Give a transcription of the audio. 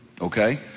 Okay